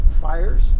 fires